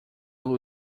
lua